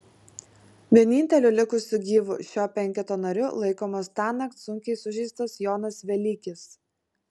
vieninteliu likusiu gyvu šio penketo nariu laikomas tąnakt sunkiai sužeistas jonas velykis